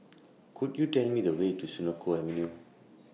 Could YOU Tell Me The Way to Senoko Avenue